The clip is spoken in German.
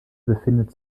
befindet